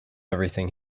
everything